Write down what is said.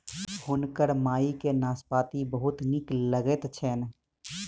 हुनकर माई के नाशपाती बहुत नीक लगैत छैन